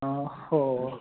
आं हो